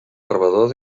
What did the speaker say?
rebedor